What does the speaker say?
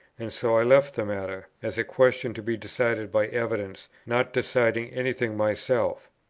and so i left the matter, as a question to be decided by evidence, not deciding any thing myself.